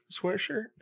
sweatshirt